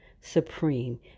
Supreme